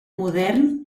modern